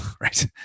right